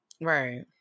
Right